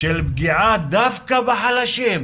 של פגיעה דווקא בחלשים,